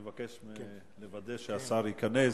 אני מבקש לוודא שהשר ייכנס.